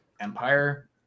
Empire